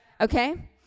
Okay